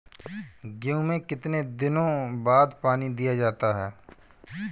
गेहूँ में कितने दिनों बाद पानी दिया जाता है?